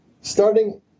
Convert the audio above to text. starting